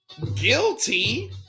guilty